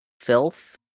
Filth